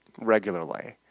regularly